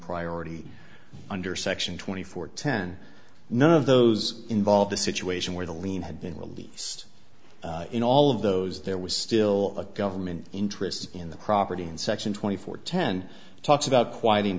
priority under section twenty four ten none of those involved a situation where the lien had been released in all of those there was still a government interest in the property and section twenty four ten talks about quiting